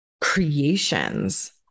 creations